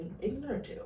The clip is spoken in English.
ignorant